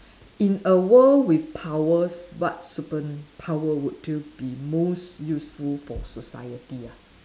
in a world with powers what superpower would you be most useful for society ah